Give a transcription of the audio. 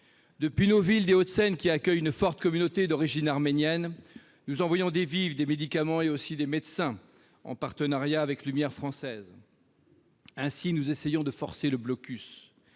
Depuis nos villes des Hauts-de-Seine, qui accueillent une forte communauté d'origine arménienne, nous envoyons des vivres, des médicaments, et aussi des médecins, en partenariat avec l'association Lumière Française. Ainsi, nous essayons de forcer le blocus.